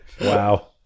Wow